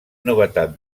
novetat